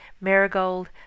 marigold